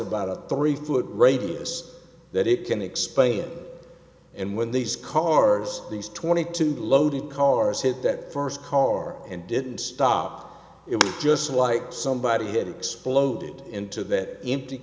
about a three foot radius that it can explain and when these cars these twenty two loaded cars hit that first car and didn't stop it was just like somebody had exploded into that empty